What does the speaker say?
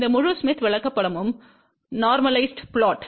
இந்த முழு ஸ்மித் விளக்கப்படமும் நோர்மலிஸிட் புளொட்